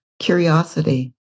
Curiosity